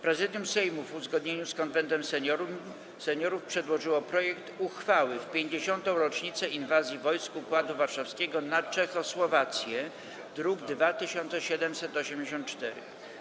Prezydium Sejmu, w uzgodnieniu z Konwentem Seniorów, przedłożyło projekt uchwały w 50. rocznicę Inwazji wojsk Układu Warszawskiego na Czechosłowację, druk nr 2784.